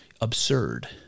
Absurd